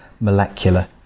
molecular